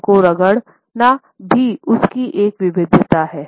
कान को रगड़न भी उसकी एक विविधता है